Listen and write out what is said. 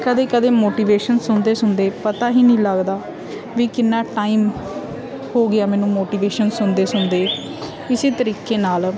ਕਦੇ ਕਦੇ ਮੋਟੀਵੇਸ਼ਨ ਸੁਣਦੇ ਸੁਣਦੇ ਪਤਾ ਹੀ ਨਹੀਂ ਲੱਗਦਾ ਵੀ ਕਿੰਨਾ ਟਾਈਮ ਹੋ ਗਿਆ ਮੈਨੂੰ ਮੋਟੀਵੇਸ਼ਨ ਸੁਣਦੇ ਸੁਣਦੇ ਇਸੇ ਤਰੀਕੇ ਨਾਲ